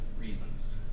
reasons